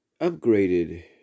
upgraded